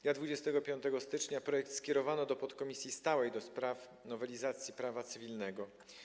Dnia 25 stycznia projekt skierowano do podkomisji stałej do spraw nowelizacji prawa cywilnego.